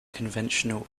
conventional